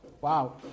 Wow